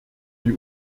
die